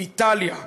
איטליה,